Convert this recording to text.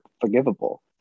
forgivable